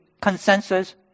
consensus